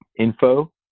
info